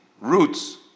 roots